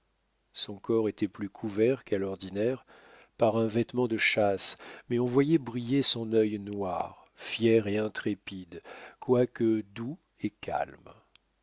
son corps était plus couvert qu'à l'ordinaire par un vêtement de chasse mais on voyait briller son œil noir fier et intrépide quoique doux et calme